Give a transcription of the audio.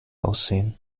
aussehen